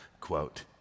quote